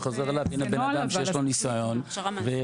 (2)